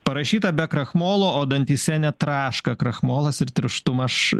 parašyta be krakmolo o dantyse net traška krakmolas ir tirštuma aš